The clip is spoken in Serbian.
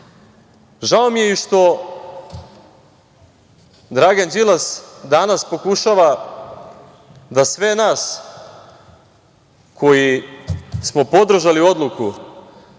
Žao mi je što Dragan Đilas danas pokušava da sve nas koji smo podržali odluku